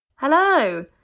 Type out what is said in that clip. Hello